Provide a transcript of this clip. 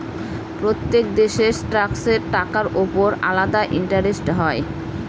প্রত্যেক দেশের ট্যাক্সের টাকার উপর আলাদা ইন্টারেস্ট হয়